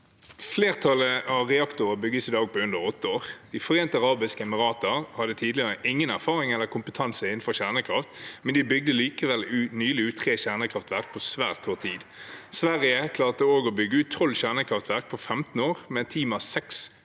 Flertallet av reaktorer bygges i dag på under åtte år. I De forente arabiske emirater var det tidligere ingen erfaring eller kompetanse innenfor kjernekraft, men de bygget likevel nylig ut tre kjernekraftverk på svært kort tid. Sverige klarte også å bygge ut 12 kjernekraftverk på 15 år, med et team av seks kjernekraftforskere,